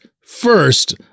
first